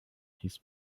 his